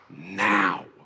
now